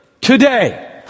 today